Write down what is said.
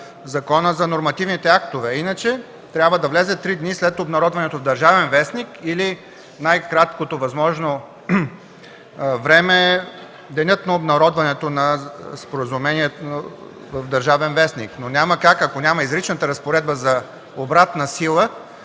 Закона за нормативните актове. Иначе трябва да влезе три дни след обнародването в „Държавен вестник”, или най-краткото възможно време – денят на обнародването на Споразумението в „Държавен вестник”, но, ако няма изричната разпоредба за обратна сила